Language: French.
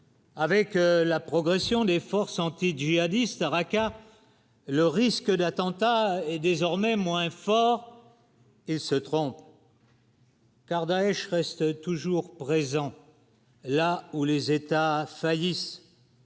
avec la progression des forces antijihadistes, à Raqa, le risque d'attentat est désormais moins fort, il se trompe. Car Daech reste toujours présent là où les États faillite.